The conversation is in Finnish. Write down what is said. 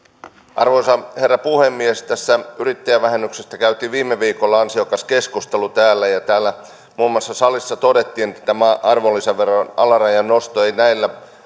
arvoisa herra puhemies yrittäjävähennyksestä käytiin viime viikolla ansiokas keskustelu täällä ja täällä salissa muun muassa todettiin että tämä arvonlisäveron alarajan nosto ei näillä